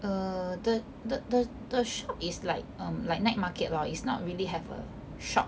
err the the the the shop is like um like night market lor is not really have a shop